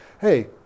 hey